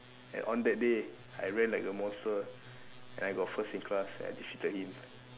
and on that day I ran like a monster and I got first in class and I defeated him